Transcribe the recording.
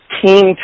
team